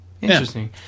interesting